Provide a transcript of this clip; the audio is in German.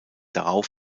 darauf